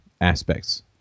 aspects